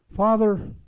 Father